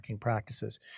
practices